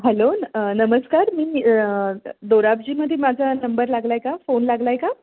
hello नमस्कार मी दोराबजीमधे माझा नंबर लागला आहे का फोन लागला आहे का